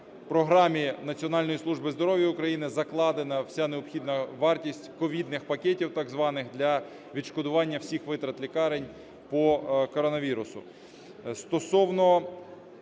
програмі Національної служби здоров'я України закладена вся необхідна вартість ковідних пакетів так званих для відшкодування всіх витрат лікарень по коронавірусу.